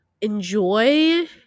enjoy